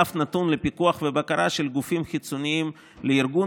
ואף נתון לפיקוח ולבקרה של גופים חיצוניים לארגון,